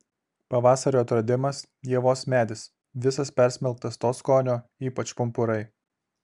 pavasario atradimas ievos medis visas persmelktas to skonio ypač pumpurai